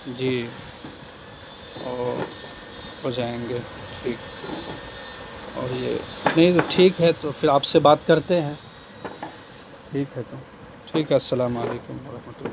جی اور ہو جائیں گے ٹھیک اور یہ نہیں تو ٹھیک ہے تو پھر آپ سے بات کرتے ہیں ٹھیک ہے تو ٹھیک ہے السلام علیکم ورحمتہ اللہ